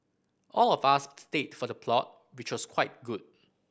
all of us stayed for the plot which was quite good